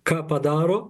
ką padaro